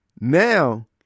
Now